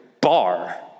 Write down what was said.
bar